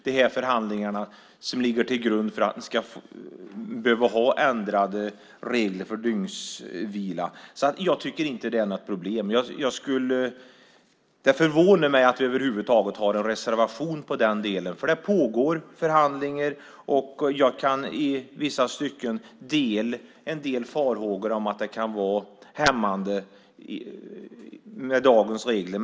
De förhandlingar som ligger till grund för att man ska behöva ha ändrade regler för dygnsvila startades redan hösten 2007. Jag tycker alltså inte att det är något problem. Det förvånar mig att det över huvud taget finns en reservation när det gäller den delen, för det pågår förhandlingar, och jag kan i vissa stycken dela en del farhågor om att det kan vara hämmande med dagens regler.